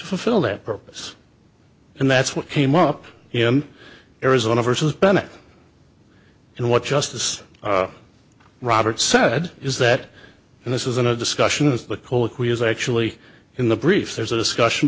fulfill that purpose and that's what came up in arizona versus bennett and what justice roberts said is that and this isn't a discussion of the cola quiz actually in the brief there's a discussion